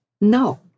no